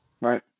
Right